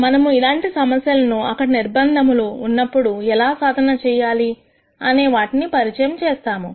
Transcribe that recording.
మనము ఇలాంటి సమస్యలను అక్కడ నిర్భంధము లు ఉన్నప్పుడుఎలా సాధన చేయాలి అనే వాటిని పరిచయం చేస్తాము